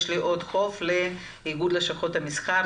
יש לי עוד חוב לאיגוד לשכות המסחר,